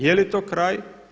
Jeli to kraj?